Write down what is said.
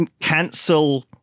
cancel